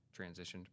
transitioned